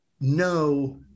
no